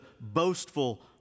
boastful